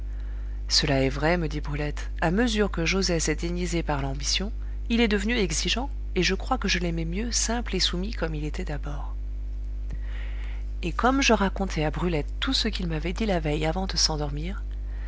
cela est vrai me dit brulette à mesure que joset s'est déniaisé par l'ambition il est devenu exigeant et je crois que je l'aimais mieux simple et soumis comme il était d'abord et comme je racontai à brulette tout ce qu'il m'avait dit la veille avant de s'endormir